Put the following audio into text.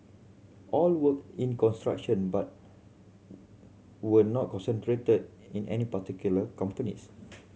all worked in construction but were not concentrated in any particular companies